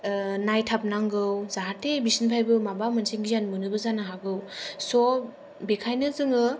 नायथाबनागौ जाहाथे बिसोरनिफ्रायबो माबा मोनसे गियान मोनोबो जानो हागौ स' बेखायनो जोङो